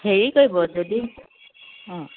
হেৰি কৰিব যদি